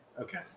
Okay